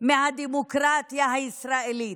מהדמוקרטיה הישראלית.